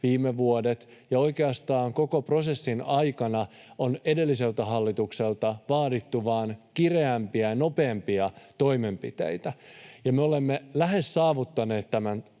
viime vuodet. Oikeastaan koko prosessin ajan on edelliseltä hallitukselta vaadittu vain kireämpiä ja nopeampia toimenpiteitä, ja me olemme lähes saavuttaneet tämän